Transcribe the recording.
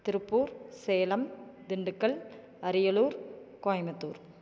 Tiruppur Salem Dindigul Ariyalur Coimbatore